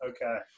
Okay